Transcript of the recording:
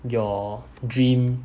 your dream